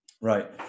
Right